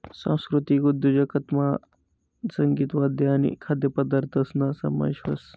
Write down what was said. सांस्कृतिक उद्योजकतामा संगीत, वाद्य आणि खाद्यपदार्थसना समावेश व्हस